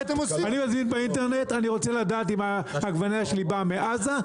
אני רוצה לדעת אם העגבנייה שלי באה מעזה,